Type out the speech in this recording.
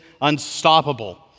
unstoppable